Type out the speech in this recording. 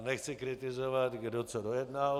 Nechci kritizovat, kdo co dojednal.